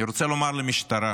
אני רוצה לומר למשטרה: